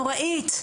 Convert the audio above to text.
נוראית.